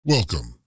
Welcome